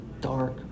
dark